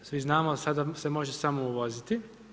Svi znamo, sada se može samo uvoziti.